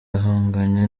ahanganye